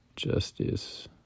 Justice